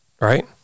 right